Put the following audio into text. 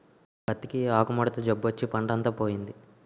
పత్తికి ఆకుముడత జబ్బొచ్చి పంటంతా పోయింది